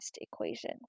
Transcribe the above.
equation